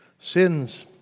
sins